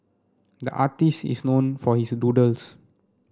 the artist is known for his doodles